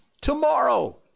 tomorrow